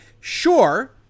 sure